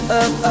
up